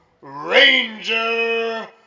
Ranger